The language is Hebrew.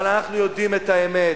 אבל אנחנו יודעים את האמת,